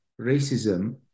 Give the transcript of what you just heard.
racism